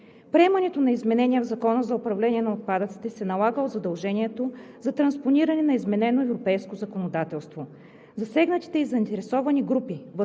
Приемането на изменения в Закона за управление на отпадъците се налага от задължението за транспониране на изменено европейско законодателство. Засегнатите и заинтересовани групи,